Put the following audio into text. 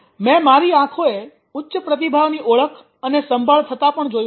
મેં મારી આંખોએ ઉચ્ચ પ્રતિભાઓની ઓળખ અને સંભાળ થતાં પણ જોયું છે